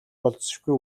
болзошгүй